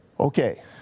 Okay